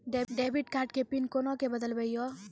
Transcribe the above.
Debit card के PIN कोना के बदलबै यो?